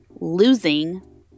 losing